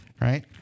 right